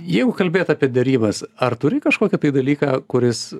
jeigu kalbėt apie derybas ar turi kažkokį dalyką kuris